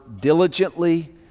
diligently